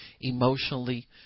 emotionally